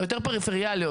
היותר פריפריאליות,